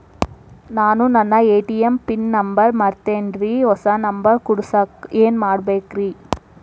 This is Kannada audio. ನಾನು ನನ್ನ ಎ.ಟಿ.ಎಂ ಪಿನ್ ನಂಬರ್ ಮರ್ತೇನ್ರಿ, ಹೊಸಾ ನಂಬರ್ ಕುಡಸಾಕ್ ಏನ್ ಮಾಡ್ಬೇಕ್ರಿ?